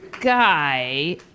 guy